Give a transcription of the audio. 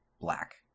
black